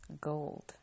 gold